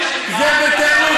זה ביתנו,